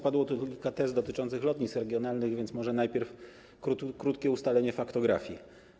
Padło tu kilka tez dotyczących lotnisk regionalnych, więc może najpierw krótkie ustalenie faktografii.